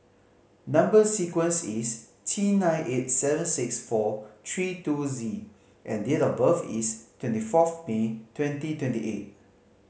number sequence is T nine eight seven six four three two Z and date of birth is twenty fourth May twenty twenty eight